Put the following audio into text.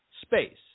space